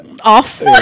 off